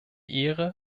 ehre